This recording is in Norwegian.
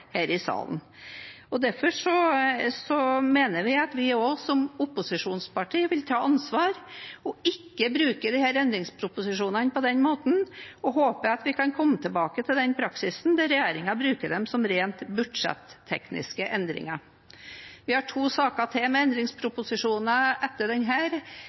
her i salen. Derfor vil vi som opposisjonsparti også ta ansvar og ikke bruke disse endringsproposisjonene på den måten, og jeg håper vi kan komme tilbake til den praksisen der regjeringen bruker dem som rent budsjettekniske endringer. Vi har to saker til med endringsproposisjoner etter denne. Vi har akkurat den